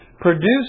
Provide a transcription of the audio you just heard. produced